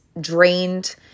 drained